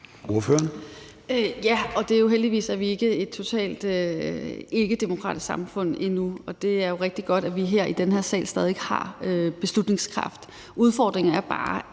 Theresa Scavenius (ALT): Heldigvis er vi ikke et totalt ikkedemokratisk samfund endnu. Og det er jo rigtig godt, at vi her i den her sal stadig væk har beslutningskraft. Udfordringen er bare,